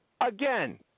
Again